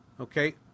okay